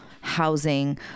housing